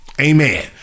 amen